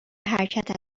حرکت